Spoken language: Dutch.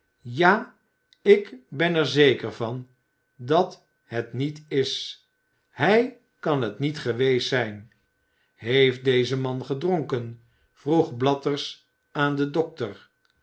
ja ik ben er zeker van dat het niet is hij kan het niet geweest zijn heeft deze man gedronken vroeg blathers aan den dokter